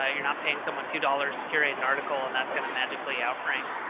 ah you're not paying someone two dollars to curate an article and that's going to magically outrank,